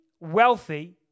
wealthy